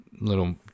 little